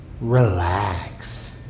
relax